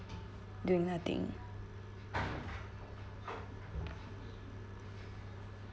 doing nothing